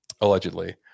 allegedly